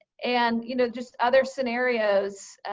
and you know just other scenarios